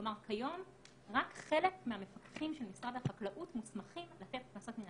כלומר כיום רק חלק מהמפקחים של משרד החקלאות מוסמכים לתת קנסות מנהליים.